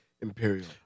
Imperial